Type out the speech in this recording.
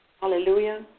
Hallelujah